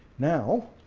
now